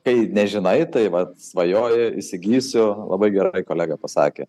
kai nežinai tai vat svajoju įsigysiu labai gerai kolega pasakė